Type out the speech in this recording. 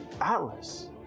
Atlas